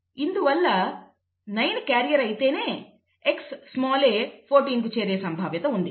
ఇందువల్ల 9 క్యారియర్ అయితేనే Xa 14కు చేరే సంభావ్యత ఉంది